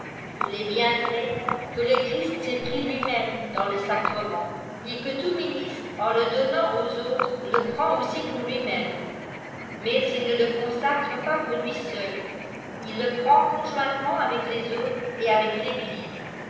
il est bien vratque le christ s'est pris lui-même dans le sacremient et que tout ministre en le donnant aux autres le prend aussi pour lui-même mais il ne le consacre pas poiir lui seul il le prend conjointement avec les autres et avec l'eglise